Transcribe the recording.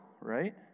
right